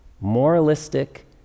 moralistic